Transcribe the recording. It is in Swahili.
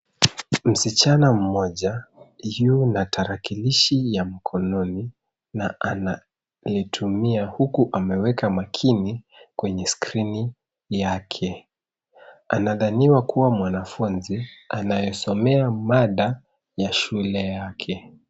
Msichana mmoja yu na tarakilishi ya mkononi, na analitumia huku ameweka makini kwneye skrini yake. Anadhania kuwa mwanafunzi anayesomea mada ya shule yake.